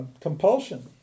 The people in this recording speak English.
compulsion